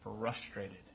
frustrated